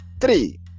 three